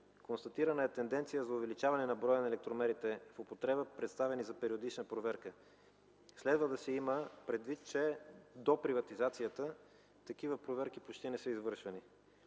Констатирана е тенденция за увеличаване на броя на електромерите в употреба, представени за периодична проверка. Следва да се има предвид, че до приватизацията такива проверки почти не са извършвани.